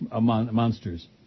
monsters